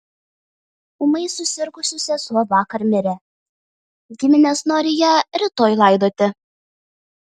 ūmai susirgusi sesuo vakar mirė giminės nori ją rytoj laidoti